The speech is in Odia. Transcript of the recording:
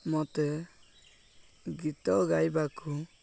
ମୋତେ ଗୀତ ଗାଇବାକୁ